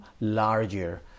larger